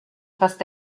fast